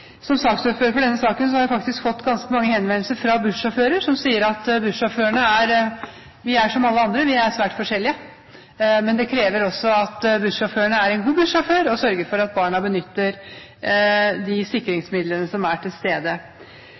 Som saksordfører for denne saken har jeg faktisk fått ganske mange henvendelser fra bussjåfører som sier at vi er som alle andre, vi er svært forskjellige. Det kreves også at bussjåføren er en god bussjåfør, som sørger for at barna benytter de sikringsmidlene som er til stede.